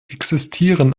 existieren